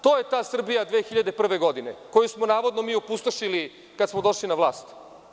To je ta Srbija 2001. godine, koju smo navodno mi opustošili kada smo došli na vlast.